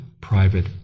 private